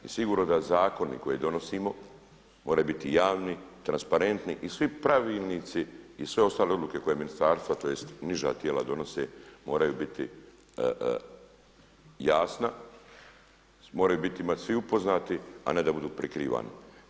Sigurno da zakoni koje donosimo moraju biti javni, transparentni i svi pravilnici i sve ostale odluke koje ministarstvo tj. niža tijela donose moraju biti jasna, moraju biti svi upoznati, a ne da budu prikrivani.